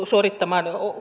suorittamaan